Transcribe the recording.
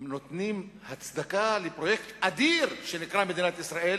שנותנים הצדקה לפרויקט אדיר שנקרא מדינת ישראל,